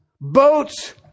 boats